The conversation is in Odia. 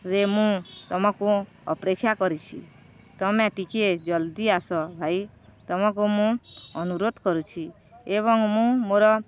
ରେ ମୁଁ ତମକୁ ଅପେକ୍ଷା କରିଛି ତମେ ଟିକେ ଜଲ୍ଦି ଆସ ଭାଇ ତମକୁ ମୁଁ ଅନୁରୋଧ କରୁଛି ଏବଂ ମୁଁ ମୋର